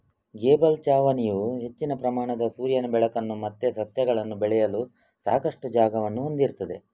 gable ಛಾವಣಿಯು ಹೆಚ್ಚಿನ ಪ್ರಮಾಣದ ಸೂರ್ಯನ ಬೆಳಕನ್ನ ಮತ್ತೆ ಸಸ್ಯಗಳನ್ನ ಬೆಳೆಯಲು ಸಾಕಷ್ಟು ಜಾಗವನ್ನ ಹೊಂದಿರ್ತದೆ